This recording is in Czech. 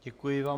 Děkuji vám.